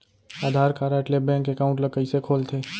आधार card ले bank account ल कइसे खोलथे?